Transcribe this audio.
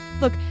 Look